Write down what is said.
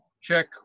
check